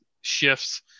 shifts